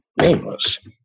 nameless